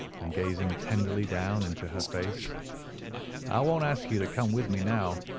and gazing tenderly down into her face i won't ask you to come with me now,